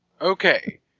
Okay